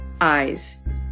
eyes